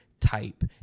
type